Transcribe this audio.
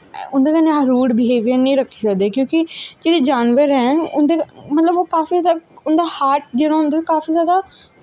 उंदे कन्नैं अस रूड़ विहेवियर नी रक्खी सकदे क्योंकि जेह्ड़े जानवर ऐं मतलव ओह् काफी जादा उंदा काफी जादा